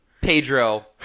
Pedro